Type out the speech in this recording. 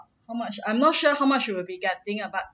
how much I'm not sure how much you'll be getting ah but